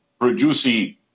producing